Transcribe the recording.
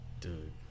Dude